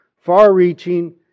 far-reaching